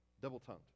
double-tongued